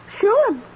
sure